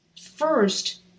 First